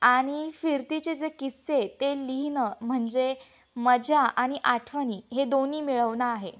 आणि फिरतीचे जे किस्से ते लिहिणं म्हणजे मजा आणि आठवणी हे दोन्ही मिळवणं आहे